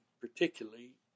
particularly